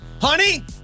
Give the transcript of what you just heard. Honey